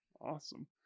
awesome